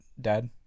Dad